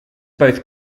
both